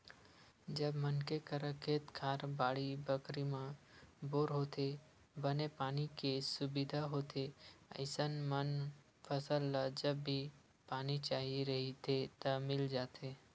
जब मनखे करा खेत खार, बाड़ी बखरी म बोर होथे, बने पानी के सुबिधा होथे अइसन म फसल ल जब भी पानी चाही रहिथे त मिल जाथे